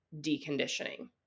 deconditioning